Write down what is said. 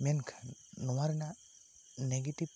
ᱢᱮᱱᱠᱷᱟᱱ ᱱᱚᱣᱟ ᱨᱮᱱᱟᱜ ᱱᱮᱜᱮᱴᱤᱵᱷ